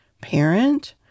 parent